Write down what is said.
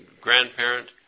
grandparent